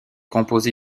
composé